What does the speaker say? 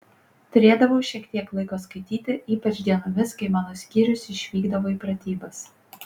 turėdavau šiek tiek laiko skaityti ypač dienomis kai mano skyrius išvykdavo į pratybas